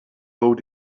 hold